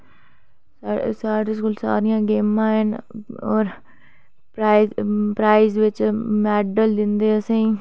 साढ़े स्कूल सारियां गेमां हैन होर प्राईज़ प्राईज़ बिच मैडल असें ई